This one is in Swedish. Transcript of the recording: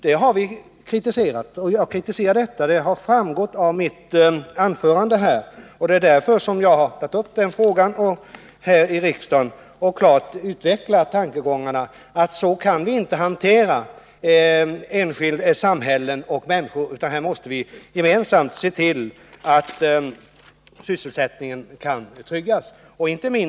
Jag har också kritiserat det i mitt tidigare anförande. Jag har här i riksdagen framfört mina tankegångar om att vi inte kan hantera samhällen och människor på det här sättet, utan att vi gemensamt måste se till att sysselsättningen kan tryggas på dessa orter.